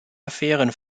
affären